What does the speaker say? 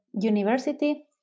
University